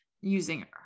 using